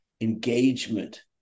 engagement